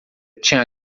tinha